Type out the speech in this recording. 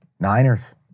Niners